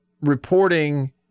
reporting